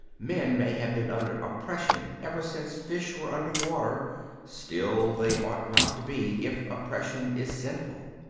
men may have been under oppression ever since fish were under water still they ought not to be, if oppression is sinful.